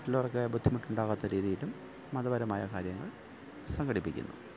മറ്റുള്ളവര്ക്ക് ബുദ്ധിമുട്ടുണ്ടാകാത്ത രീതിയിലും മതപരമായ കാര്യങ്ങള് സംഘടിപ്പിക്കുന്നു